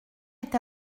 est